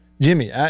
Jimmy